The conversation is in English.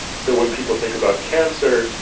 so when people think about cancer,